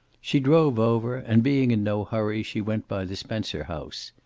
she drove over, and being in no hurry she went by the spencer house.